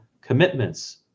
commitments